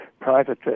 private